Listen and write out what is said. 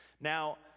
Now